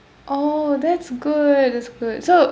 oh that's good that's good so